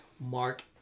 Mark